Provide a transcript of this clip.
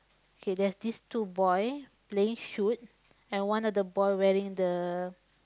okay there's these two boy playing shoot and one of the boy wearing the